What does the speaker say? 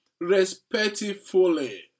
respectfully